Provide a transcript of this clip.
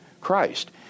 Christ